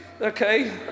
okay